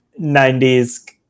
90s